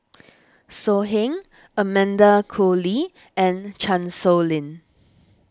So Heng Amanda Koe Lee and Chan Sow Lin